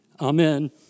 Amen